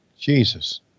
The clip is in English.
Jesus